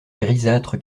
grisâtre